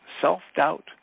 self-doubt